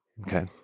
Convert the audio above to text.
Okay